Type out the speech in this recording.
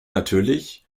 natürlich